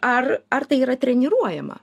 ar ar tai yra treniruojama